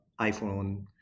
iPhone